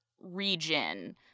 region